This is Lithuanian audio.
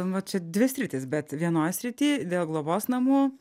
va čia dvi sritys bet vienoj srity dėl globos namų